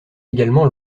également